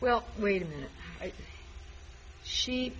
well wait a minute she